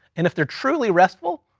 and if they're truly restful,